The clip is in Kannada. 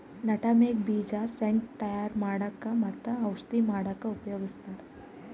ನಟಮೆಗ್ ಬೀಜ ಸೆಂಟ್ ತಯಾರ್ ಮಾಡಕ್ಕ್ ಮತ್ತ್ ಔಷಧಿ ಮಾಡಕ್ಕಾ ಉಪಯೋಗಸ್ತಾರ್